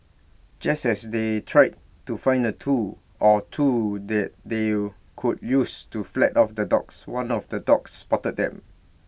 just as they try to find A tool or two that they could use to fled off the dogs one of the dogs spotted them